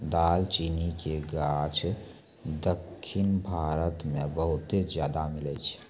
दालचीनी के गाछ दक्खिन भारत मे बहुते ज्यादा मिलै छै